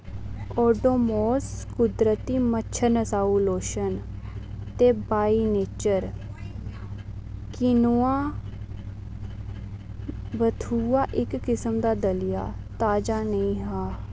ओडोमोस कुदरती मच्छर नसाऊ लोशन ते बाई नेचर कीनोआ बथुआ इक किसम दा दलिया ताजा नेईं हा